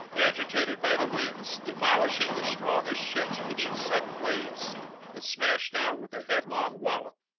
agitated by the winds, demolishing the strongest ships beneath sudden waves that smash down with a headlong wallop.